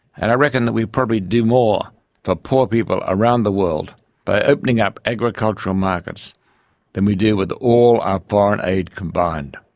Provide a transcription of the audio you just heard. and i reckon that we probably do more for poor people around the world by opening up agricultural markets than we do with all our foreign aid combined.